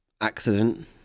accident